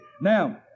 Now